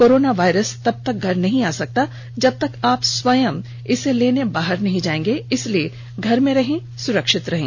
corona virus तब तक घर नहीं आ सकता जब तक आप स्वयं इसे बाहर लेने नहीं जाएंगे इसलिए घर में रहिए सुरक्षित रहिए